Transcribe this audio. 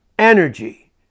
energy